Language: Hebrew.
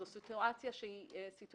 זו סיטואציה רגילה.